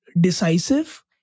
decisive